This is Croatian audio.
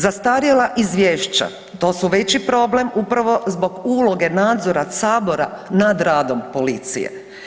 Zastarjela izvješća, to su veći problem upravo zbog uloge nadzora Sabora nad radom policije.